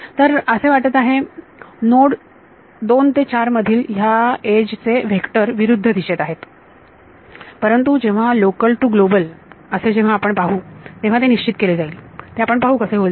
तर असे वाटत आहे नोड 2 ते 4 मधील ह्या एज चे वेक्टर विरुद्ध दिशेत आहेत परंतु जेव्हा लोकल टू ग्लोबल असे जेव्हा आपण पाहू तेव्हा निश्चित केले जाईल ते आपण पाहू कसे होईल ते